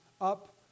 up